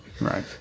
right